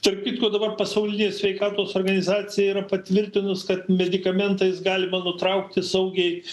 tarp kitko dabar pasaulinė sveikatos organizacija yra patvirtinus kad medikamentais galima nutraukti saugiai